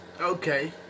Okay